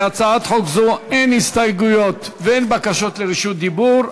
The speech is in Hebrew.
להצעת חוק זו אין הסתייגויות ואין בקשות לרשות דיבור.